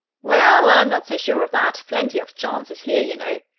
well i'm not so sure of that plenty of chances here, you know.